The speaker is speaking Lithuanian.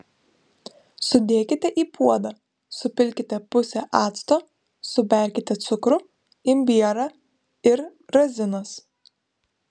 sudėkite į puodą supilkite pusę acto suberkite cukrų imbierą ir razinas